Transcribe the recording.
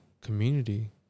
community